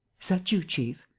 is that you, chief?